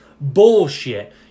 bullshit